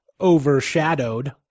overshadowed